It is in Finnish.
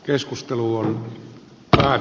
keskustelua tai